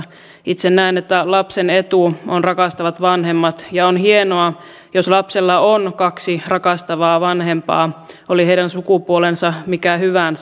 itse näen että lapsen etu on rakastavat vanhemmat ja on hienoa jos lapsella on kaksi rakastavaa vanhempaa oli heidän sukupuolensa mikä hyvänsä